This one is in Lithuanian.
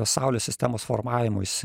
saulės sistemos formavimuisi